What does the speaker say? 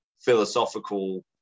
philosophical